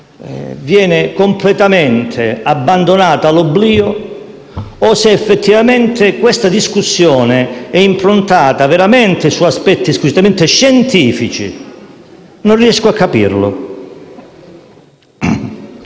venga completamente abbandonato all'oblio o se effettivamente questa discussione sia improntata su aspetti squisitamente scientifici. Non riesco a capirlo.